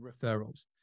referrals